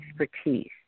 expertise